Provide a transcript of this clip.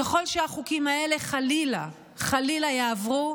ככל שהחוקים האלה חלילה חלילה יעברו,